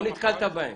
לא נתקלת בהם.